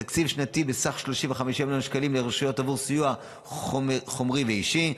תקציב שנתי בסך 35 מיליון שקלים לרשויות עבור סיוע חומרי ואישי,